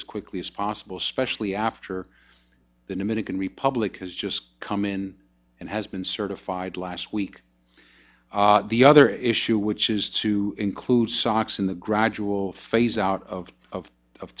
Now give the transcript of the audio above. as quickly as possible especially after the dominican republic has just come in and has been certified last week the other issue which is to include socks in the gradual phase out of of